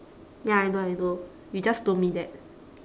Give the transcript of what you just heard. ya I know I know you just told me that